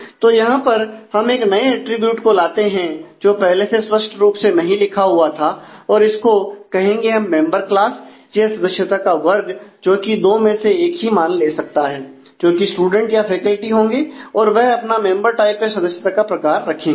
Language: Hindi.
तो यहां पर हम एक नए एट्रिब्यूट को लाते हैं जो पहले से स्पष्ट रूप से नहीं लिखा हुआ था और इसको कहेंगे हम मेंबर क्लास या सदस्यता का वर्ग जोकि दो में से एक ही मान ले सकता है जोकि स्टूडेंट या फैकल्टी होंगे और वह अपना मेंबर टाइप या सदस्यता का प्रकार रखेंगे